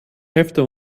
hälfte